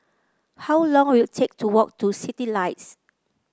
how long will it take to walk to Citylights